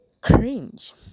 cringe